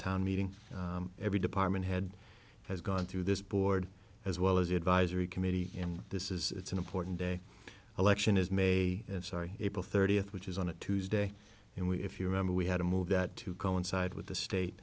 town meeting every department head has gone through this board as well as the advisory committee and this is an important day election is may and sorry abel thirtieth which is on a tuesday and we if you remember we had to move that to coincide with the state